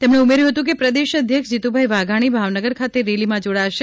તેમણે ઉમેર્યું હતું કે પ્રદેશ અધ્યક્ષ જીતુભાઇ વાઘાણી ભાવનગર ખાતે રેલીમાં જોડાશે